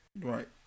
Right